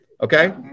Okay